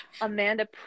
Amanda